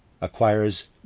acquires